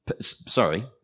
sorry